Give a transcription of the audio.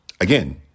Again